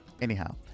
anyhow